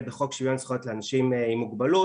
בחוק שוויון זכויות לאנשים עם מוגבלות,